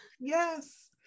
Yes